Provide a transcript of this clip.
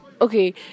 okay